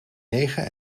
negen